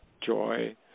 joy